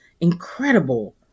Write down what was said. incredible